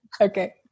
Okay